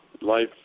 Life